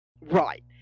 Right